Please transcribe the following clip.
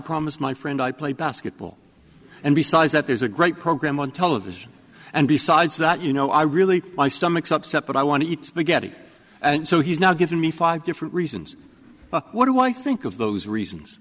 promised my friend i played basketball and besides that there's a great program on television and besides that you know i really my stomach's upset but i want to eat spaghetti and so he's now giving me five different reasons what do i think of those reasons